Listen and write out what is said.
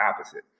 opposite